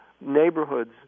neighborhoods